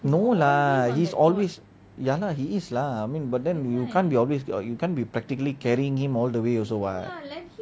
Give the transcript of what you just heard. no lah he's always ya lah he is lah I mean but then you can't always you can't be practically carrying him all the way also [what]